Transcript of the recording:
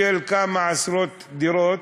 של כמה עשרות דירות,